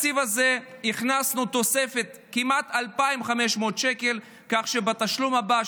בתקציב הזה הכנסנו תוספת של כמעט 2,500 שקל כך שבתשלום הבא,